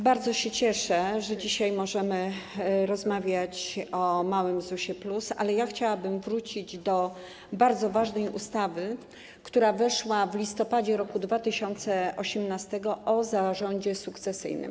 Bardzo się cieszę, że dzisiaj możemy rozmawiać o małym ZUS-ie plus, ale chciałabym wrócić do bardzo ważnej ustawy, która weszła w listopadzie roku 2018, o zarządzie sukcesyjnym.